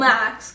Max